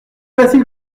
facile